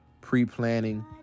pre-planning